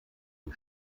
die